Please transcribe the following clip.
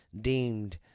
deemed